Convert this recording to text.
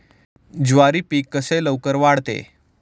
ज्वारी पीक कसे लवकर वाढते?